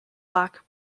black